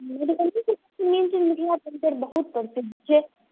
मधुबनी के नीक मिथिला पेटिंग बहुत प्रसिद्ध छै